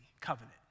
covenant